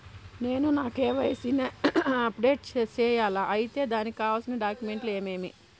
నేను నా కె.వై.సి ని అప్డేట్ సేయాలా? అయితే దానికి కావాల్సిన డాక్యుమెంట్లు ఏమేమీ?